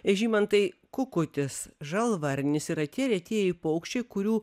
žymantai kukutis žalvarnis yra tie retieji paukščiai kurių